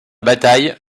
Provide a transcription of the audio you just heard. bataille